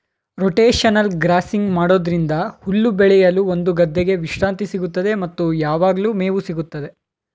rotational grazing ಮಾಡೋದ್ರಿಂದ ಹುಲ್ಲು ಬೆಳೆಯಲು ಒಂದು ಗದ್ದೆಗೆ ವಿಶ್ರಾಂತಿ ಸಿಗುತ್ತದೆ ಮತ್ತು ಯಾವಗ್ಲು ಮೇವು ಸಿಗುತ್ತದೆ